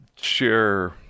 share